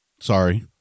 Sorry